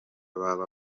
baba